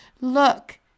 Look